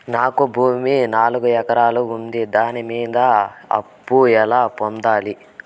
నాకు భూమి నాలుగు ఎకరాలు ఉంది దాని మీద అప్పు ఎలా పొందాలి?